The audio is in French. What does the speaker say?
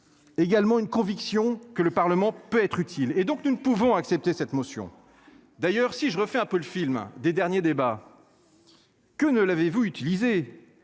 Également une conviction que le Parlement peut être utile et donc nous ne pouvons accepter cette motion. D'ailleurs si je refais un peu le film des derniers débats. Que ne l'avez-vous utilisé.